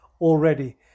already